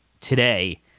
today